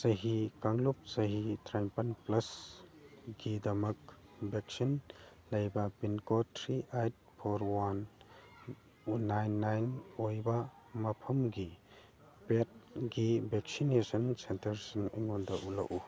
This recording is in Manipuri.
ꯆꯍꯤ ꯀꯥꯡꯂꯨꯞ ꯆꯍꯤ ꯇꯔꯥ ꯅꯤꯄꯥꯜ ꯄ꯭ꯂꯁ ꯒꯤꯗꯃꯛ ꯕꯦꯛꯁꯤꯟ ꯂꯩꯕ pin code three eight four one nine nine ꯑꯣꯏꯕ ꯃꯐꯝꯒꯤ ꯄꯦꯠꯒꯤ ꯕꯦꯛꯁꯤꯅꯦꯁꯟ ꯁꯦꯟꯇꯔꯁꯤꯡ ꯑꯩꯉꯣꯟꯗ ꯎꯠꯂꯛꯎ